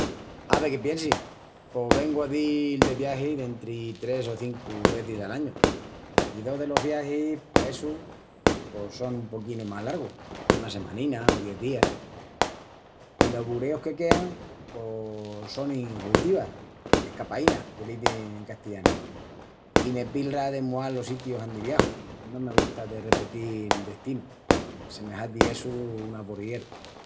Ave que piensi… pos vengu a dil de viagi dentri tres o cincu vezis al añu. I dos delos viagis essus pos son un poquinu más largus, una semanina o dies días. I los bureus que quean pos sonin huitivas, escapaínas que l'izin en castillanu. I me pilra de mual los sitius andi viaju, no me gusta de repetil destinu, se me hazi essu un aburrieru.